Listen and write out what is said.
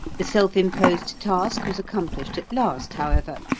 the self-imposed task was accomplished at last, however,